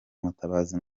mutabazi